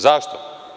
Zašto?